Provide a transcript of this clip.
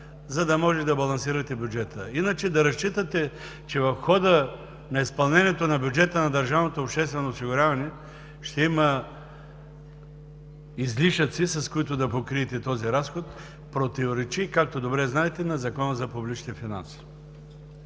за да може да балансирате бюджета. Иначе, да разчитате, че в хода на изпълнението на бюджета на държавното обществено осигуряване ще има излишъци, с които да покриете този разход, противоречи, както добре знаете, на Закона за публичните финанси.